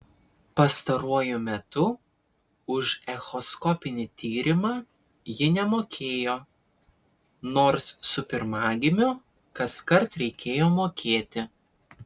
pastaruoju metu už echoskopinį tyrimą ji nemokėjo nors su pirmagimiu kaskart reikėjo mokėti